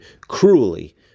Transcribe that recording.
cruelly